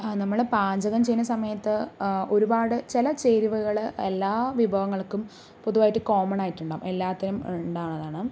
ആ നമ്മൾ പാചകം ചെയ്യുന്ന സമയത്ത് ഒരുപാട് ചില ചേരുവകൾ എല്ലാ വിഭവങ്ങൾക്കും പൊതുവായിട്ട് കോമ്മൺ ആയിട്ടുണ്ടാകും എല്ലാറ്റിനും ഉണ്ടാകുന്നതാണ്